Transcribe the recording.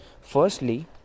Firstly